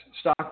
Stock